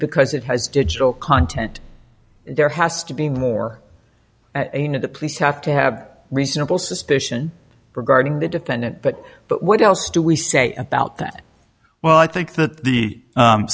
because it has digital content there has to be more a need to police have to have reasonable suspicion regarding the defendant but but what else do we say about that well i think that the